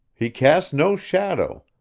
he cast no shadow,